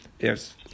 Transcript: yes